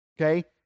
Okay